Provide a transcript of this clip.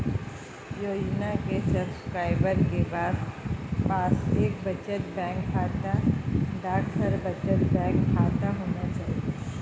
योजना के सब्सक्राइबर के पास एक बचत बैंक खाता, डाकघर बचत बैंक खाता होना चाहिए